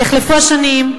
יחלפו שנים,